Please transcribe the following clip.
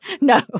No